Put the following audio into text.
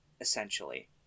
essentially